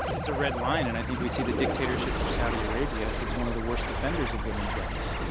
it's a red line, and i think we see the dictatorship of saudi arabia as one of the worst offenders of women's rights.